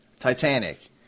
Titanic